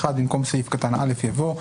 במקום סעיף קטן (א) יבוא: